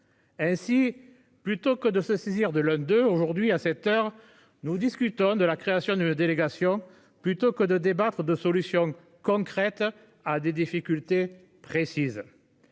Ainsi, plutôt que de se saisir de l'un d'eux aujourd'hui à cette heures nous discutons de la création d'une délégation plutôt que de débattre de solutions concrètes à des difficultés précise.